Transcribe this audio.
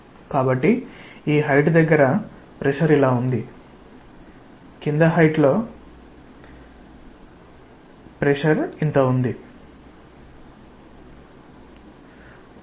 కాబట్టి ఈ హైట్ దగ్గర ప్రెషర్ ఇలా ఉంది దిగువ హైట్ లో ఇది ప్రెషర్ ఇంత ఉంది